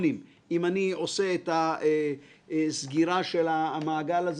את הבעיה הזאת של צלמים יש בארצות אחרות.